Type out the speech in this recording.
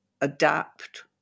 adapt